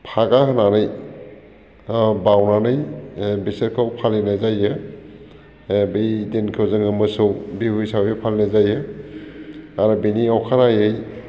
फागा होनानै बाउनानै बिसोरखौ फालिनाय जायो बै दिनखौ जोङो मोसौ बिहु हिसाबै फालिनाय जायो आरो बेनि अखानायै